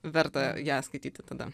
verta ją skaityti tada